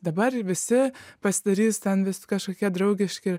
dabar visi pasidarys ten vis kažkokie draugiški